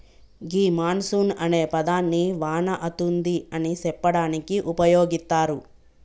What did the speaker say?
గీ monsoon అనే పదాన్ని వాన అతుంది అని సెప్పడానికి ఉపయోగిత్తారు